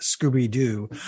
scooby-doo